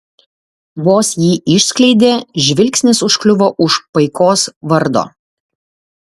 vos jį išskleidė žvilgsnis užkliuvo už paikos vardo